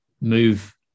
move